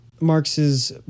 Marx's